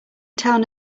town